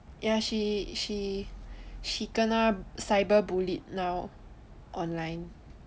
ya she she she kena cyber bullied lor online